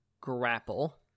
grapple